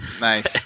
nice